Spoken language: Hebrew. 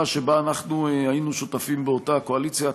שבה אנחנו היינו שותפים באותה הקואליציה.